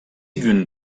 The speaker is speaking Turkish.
gün